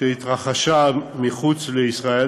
שהתרחשה מחוץ לישראל